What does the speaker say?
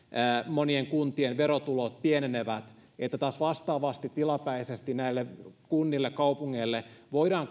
monien kuntien verotulot pienenevät taas vastaavasti näille kunnille kaupungeille voidaan